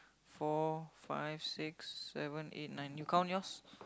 four five six seven eight nine you count yours